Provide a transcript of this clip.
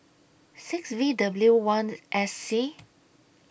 six V W one S C